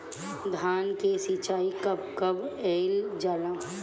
धान के सिचाई कब कब कएल जाला?